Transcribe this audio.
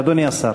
אדוני השר.